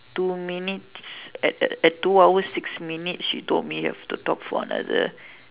two minutes at at two hours six minutes she told me have to talk for another